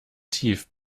tief